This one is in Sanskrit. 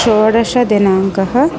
षोडषदिनाङ्कः